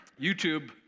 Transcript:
YouTube